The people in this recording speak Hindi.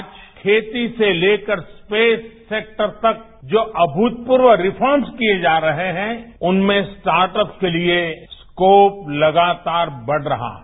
आज खेती से लेकर स्पेससेक्टर तक जो अमुतपूर्व रिफॉर्मस किए जा रहे हैं उनमें स्टार्टअपके लिए स्कोप लगातार बढ़ रहा है